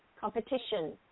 competition